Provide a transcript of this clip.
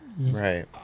Right